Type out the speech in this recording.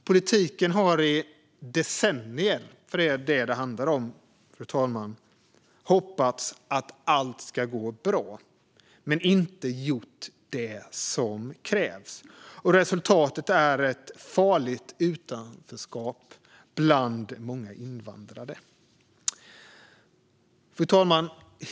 Politiken har i decennier - det är vad det handlar om, fru talman - hoppats att allt ska gå bra, men den har inte gjort det som krävs. Resultatet är ett farligt utanförskap bland många invandrare. Fru talman!